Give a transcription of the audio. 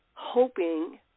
hoping